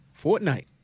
Fortnite